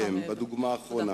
אני מסיים בדוגמה אחרונה.